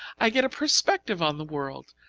i get a perspective on the world,